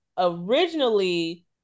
Originally